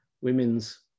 women's